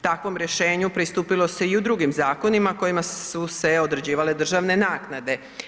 Takvom rješenju pristupilo se i u drugim zakonima kojima su se određivale državne naknade.